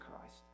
Christ